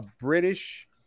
British